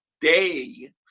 day